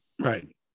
Right